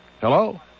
Hello